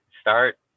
Start